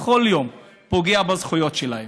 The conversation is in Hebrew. בכל יום, פוגע בזכויות שלהם?